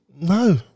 No